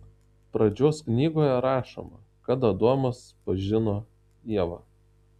pradžios knygoje rašoma kad adomas pažino ievą